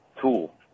tool